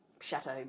Chateau